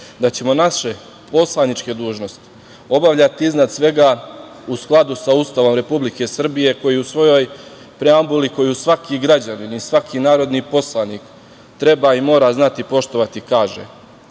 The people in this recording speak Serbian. da ćemo naše poslaničke dužnosti obavljati iznad svega u skladu sa Ustavom Republike Srbije koji u svojoj preambuli, koju svaki građanin i svaki narodni poslanik treba i mora znati poštovati,